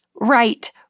right